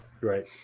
Right